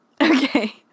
Okay